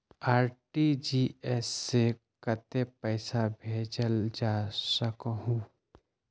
RTGS से कतेक पैसा भेजल जा सकहु???